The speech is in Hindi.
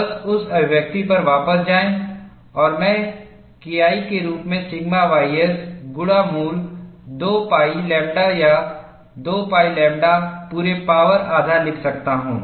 बस उस अभिव्यक्ति पर वापस जाएं और मैं KI के रूप में सिग्मा ys गुणा मूल 2 pi लैम्ब्डा या 2 pi लैम्ब्डा पूरे पावर आधा लिख सकता हूं